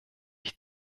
ich